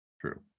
True